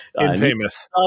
Infamous